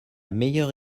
meilleure